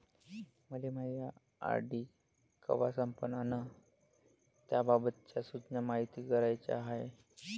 मले मायी आर.डी कवा संपन अन त्याबाबतच्या सूचना मायती कराच्या हाय